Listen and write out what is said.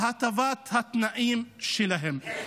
בהטבת התנאים שלהן.